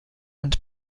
and